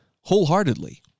wholeheartedly